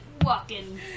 walking